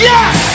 Yes